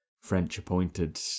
French-appointed